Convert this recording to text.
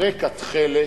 הרקע תכלת,